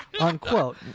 unquote